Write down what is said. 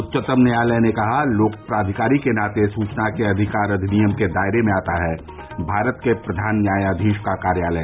उच्चतम न्यायालय ने कहा लोक प्राधिकारी के नाते सूचना के अधिकार अधिनियम के दायरे में आता है भारत के प्रधान न्यायाधीश का कार्यालय